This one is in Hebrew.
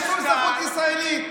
יש אזרחות ישראלית?